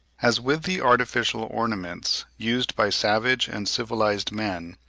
as with the artificial ornaments used by savage and civilised men,